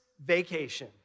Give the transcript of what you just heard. Vacation